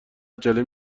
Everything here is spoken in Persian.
عجله